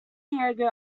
diego